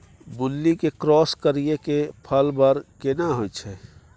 मूली के क्रॉस करिये के फल बर केना होय छै?